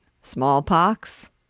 smallpox